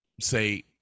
say